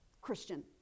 Christian